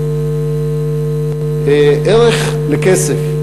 ערך לכסף,